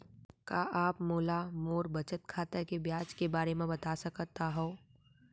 का आप मोला मोर बचत खाता के ब्याज के बारे म बता सकता हव?